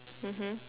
mmhmm